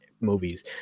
movies